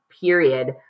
period